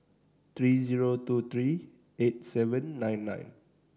three zero two three eight seven nine nine